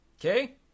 okay